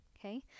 Okay